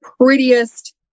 prettiest